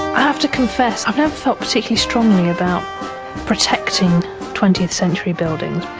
have to confess i've never felt particularly strongly about protecting twentieth century buildings,